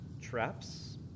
traps